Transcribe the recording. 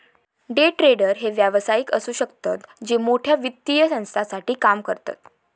day trader हे व्यावसायिक असु शकतत जे मोठ्या वित्तीय संस्थांसाठी काम करतत